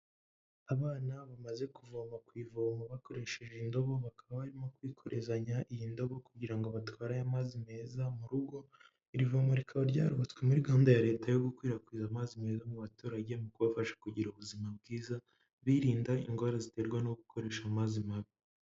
Abana bamaze kuvoma ku ivoma bakoresheje indobo, bakaba barimo kwikorezanya iyi ndobo kugira ngo batware aya mazi meza mu rugo. Iri vomo rikab ryarubatswe muri gahunda ya leta yo gukwirakwiza amazi meza mu baturage mu kubafasha kugira ubuzima bwiza birinda indwara ziterwa no gukoresha amazi mabi.